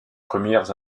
premières